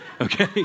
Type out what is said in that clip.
Okay